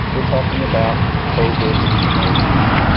we're talking about kofod nineteen.